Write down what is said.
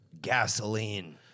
Gasoline